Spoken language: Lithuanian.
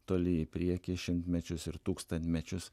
toli į priekį šimtmečius ir tūkstantmečius